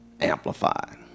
Amplified